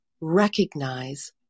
recognize